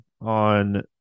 on